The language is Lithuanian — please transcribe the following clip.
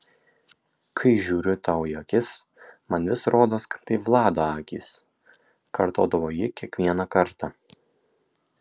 kai žiūriu tau į akis man vis rodos kad tai vlado akys kartodavo ji kiekvieną kartą